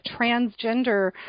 transgender